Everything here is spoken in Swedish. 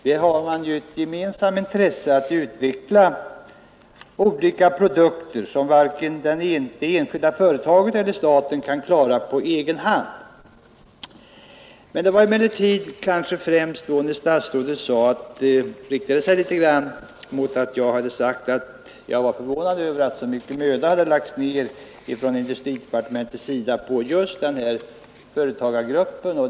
Man har ju ett gemensamt intresse av att utveckla olika produkter, som varken det enskilda företaget eller staten kan klara på egen hand. Statsrådet vände sig mot att jag hade sagt, att jag var förvånad över att så stor möda hade lagts ned inom departementet på just denna företagargrupp.